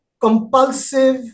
compulsive